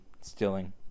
Stealing